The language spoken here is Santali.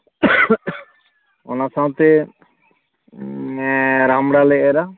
ᱚᱱᱟ ᱥᱟᱶᱛᱮ ᱨᱟᱢᱲᱟᱼᱞᱮ ᱮᱨᱟ